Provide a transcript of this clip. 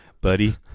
buddy